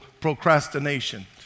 procrastination